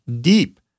deep